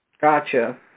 Gotcha